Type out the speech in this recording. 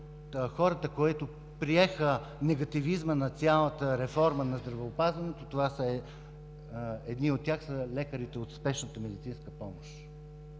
от хората поеха негативизма на цялата реформа на здравеопазването, като едни от тях са лекарите от Спешната медицинска помощ.